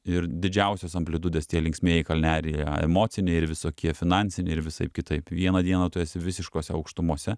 ir didžiausios amplitudės tie linksmieji kalneliai yra emociniai ir visokie finansiniai ir visaip kitaip vieną dieną tu esi visiškose aukštumose